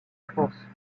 france